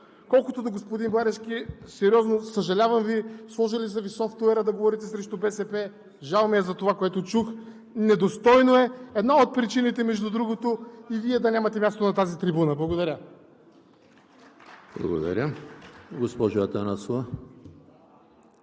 Колкото до господин Марешки – сериозно, съжалявам Ви, сложили са Ви софтуера да говорите срещу БСП. Жал ми е за това, което чух – недостойно е. Една от причините, между другото, и Вие да нямате място на тази трибуна. Благодаря. (Ръкопляскания